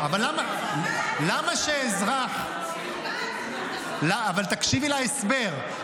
למה שאזרח, תקשיבי להסבר.